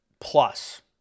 plus